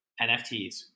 NFTs